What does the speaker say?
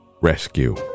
rescue